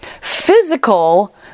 physical